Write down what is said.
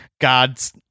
god's